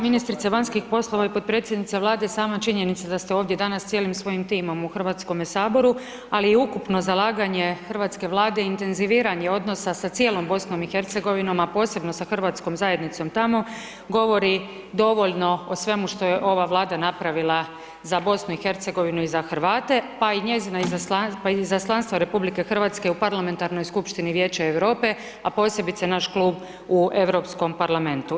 Ministrice vanjskih poslova i potpredsjednica Vlade, sama činjenica da ste ovdje danas, cijelim svojim timom u Hrvatskome saboru, ali i ukupno zalaganje Hrvatske vlade intenziviranje odnosa sa cijelom BIH, a posebno sa hrvatskom zajednicom tamo govori dovoljno o svemu što je ova vlada napravila za BIH i za Hrvate, pa i izaslanstvo RH u parlamentarnoj skupštini Vijeća Europe, a posebice naš klub u Europskom parlamentu.